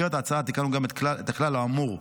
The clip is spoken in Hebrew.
בהצעה תיקנו גם את הכלל האמור,